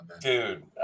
Dude